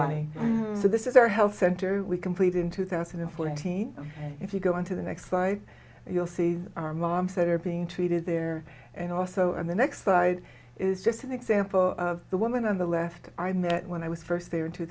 so this is our health center we completed in two thousand and fourteen if you go into the next slide you'll see our moms that are being treated there and also in the next slide is just an example of the woman on the left i met when i was first there